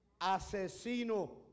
asesino